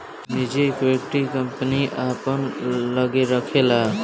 निजी equity, company अपना लग्गे राखेला